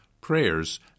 prayers